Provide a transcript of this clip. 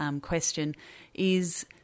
question—is